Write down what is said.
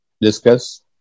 discuss